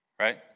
right